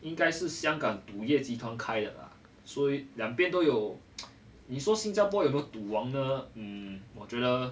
应该是香港赌业集团开的啦所以两边都有你说新加坡有没有赌王呢嗯我觉得